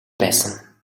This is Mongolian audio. байсан